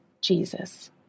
Jesus